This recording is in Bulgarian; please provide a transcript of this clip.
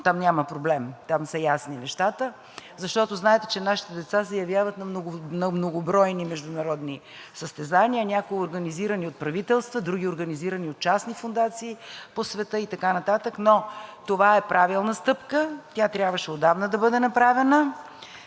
Там няма проблем, там са ясни нещата. Знаете, че нашите деца се явяват на многобройни международни състезания, някои организирани от правителства, други организирани от частни фондации по света и така нататък. Но това е правилна стъпка. Тя трябваше отдавна да бъде направена.